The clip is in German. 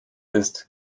ist